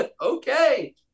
Okay